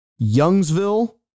Youngsville